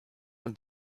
und